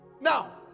Now